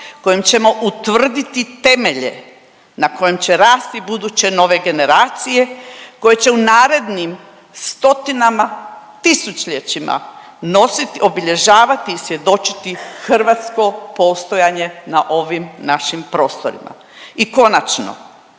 kojom ćemo utvrditi temelje na kojem će rasti buduće nove generacije, koje će u narednim stotinama tisućljećima obilježavati i svjedočiti hrvatsko postojanje na ovim našim prostorima. I konačno,